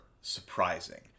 surprising